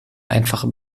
einfache